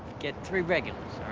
get three regulars,